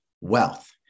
wealth